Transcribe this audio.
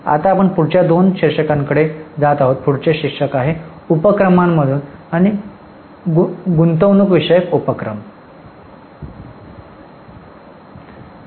आता आपण पुढच्या दोन शीर्षकाकडे जात आहोत पुढचे शीर्षक उपक्रमांमध्ये गुंतवणूक विषयक आहे